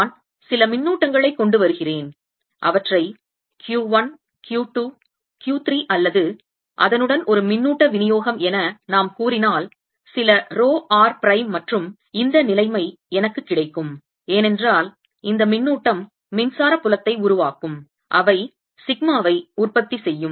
நான் சில மின்னூட்டங்களைக் கொண்டு வருகிறேன் அவற்றை Q 1 Q 2 Q 3 அல்லது அதனுடன் ஒரு மின்னூட்ட விநியோகம் என நாம் கூறினால் சில ரோ r பிரைம் மற்றும் இந்த நிலைமை எனக்கு கிடைக்கும் ஏனென்றால் இந்த மின்னூட்டம் மின்சார புலத்தை உருவாக்கும் அவை சிக்மாவை உற்பத்தி செய்யும்